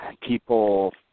People